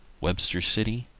webster city,